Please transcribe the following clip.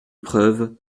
preuve